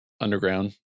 underground